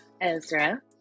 Ezra